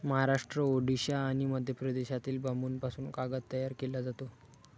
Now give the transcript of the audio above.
महाराष्ट्र, ओडिशा आणि मध्य प्रदेशातील बांबूपासून कागद तयार केला जातो